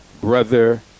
Brother